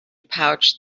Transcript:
pouch